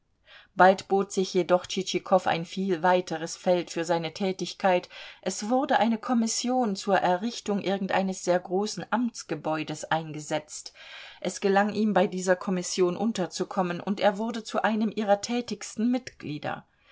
bald bot sich jedoch tschitschikow ein viel weiteres feld für seine tätigkeit es wurde eine kommission zur errichtung irgendeines sehr großen amtsgebäudes eingesetzt es gelang ihm bei dieser kommission unterzukommen und er wurde zu einem ihrer tätigsten mitglieder